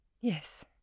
Yes